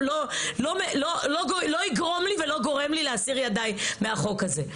לא יגרום לי ולא גורם לי להסיר ידיים מהחוק הזה.